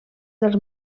dels